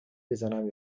بزنم